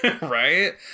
Right